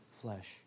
flesh